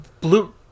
blue